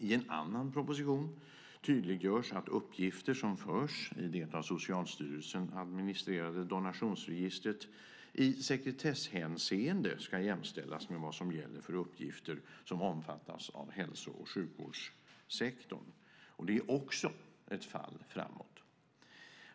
I en annan proposition tydliggörs att uppgifter som förs in i det av Socialstyrelsen administrerade donationsregistret i sekretesshänseende ska jämställas med vad som gäller för uppgifter som omfattas av hälso och sjukvårdssekretessen. Det är också ett fall framåt.